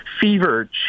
fever